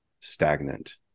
stagnant